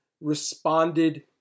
responded